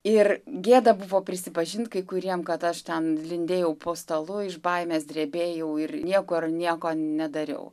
ir gėda buvo prisipažint kai kuriem kad aš ten lindėjau po stalu iš baimės drebėjau ir niekur nieko nedariau